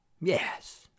yes